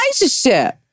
relationship